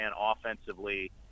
Offensively